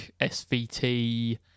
SVT